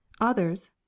others